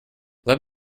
let